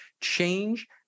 change